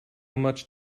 much